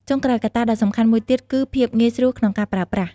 ចុងក្រោយ កត្តាដ៏សំខាន់មួយទៀតគឺ ភាពងាយស្រួលក្នុងការប្រើប្រាស់។